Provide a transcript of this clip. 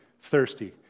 Thirsty